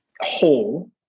whole